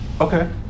Okay